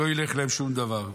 לא ילך להם שום דבר.